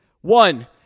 One